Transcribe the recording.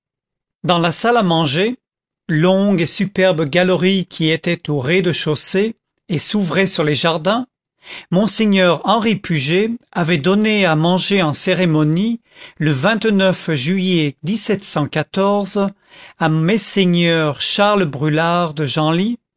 dans la salle à manger longue et superbe galerie qui était au rez-de-chaussée et s'ouvrait sur les jardins monseigneur henri puget avait donné à manger en cérémonie le juillet à messeigneurs charles brûlart de